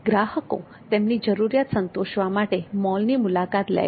ગ્રાહકો તેમની જરૂરિયાતોને સંતોષવા માટે મોલની મુલાકાત લે છે